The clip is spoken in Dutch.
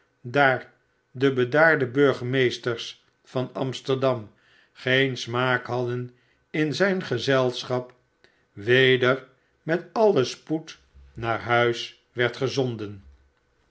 daar de bedaarde burgemeesters van amsterdam geen smaak hadden in zijn gezelschap weder met alien spoed naar huis werd gezonden